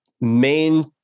main